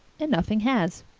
and nothing has,